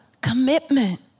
commitment